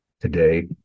today